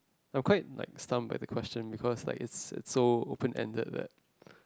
I am quite like stunt by the question because like it's it's so open ended that